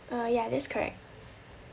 uh ya that's correct